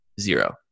zero